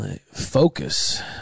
Focus